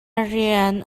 rian